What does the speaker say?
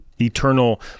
eternal